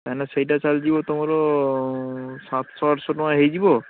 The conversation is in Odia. ତାହେଲେ ସେଇଟା ଚାଲିଯିବା ତୁମର ସାତଶହ ଆଠଶହ ଟଙ୍କା ହେଇଯିବ